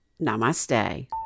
namaste